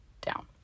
down